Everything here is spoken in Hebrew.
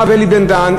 הרב אלי בן-דהן,